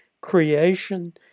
Creation